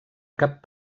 cap